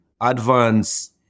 Advance